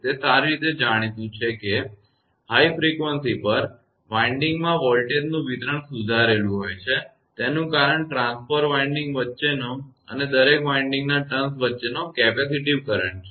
તે સારી રીતે જાણીતું છે કે હાઇ ફ્રિકવંસીઉચ્ચ આવર્તન પર વિન્ડિંગમાં વોલ્ટેજનું વિતરણ સુધારેલું છે તેનું કારણ ટ્રાન્સફોર્મર વિન્ડિંગ્સ વચ્ચેનો અને દરેક વિન્ડિંગના ટર્ન્સ વચ્ચેનો કેપેસિટીવ કરંટ છે